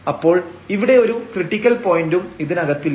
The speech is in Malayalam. അപ്പോൾ ഇവിടെ ഒരു ക്രിട്ടിക്കൽ പോയന്റും ഇതിനകത്തില്ല